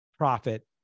Profit